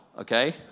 okay